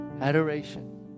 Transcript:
adoration